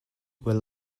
were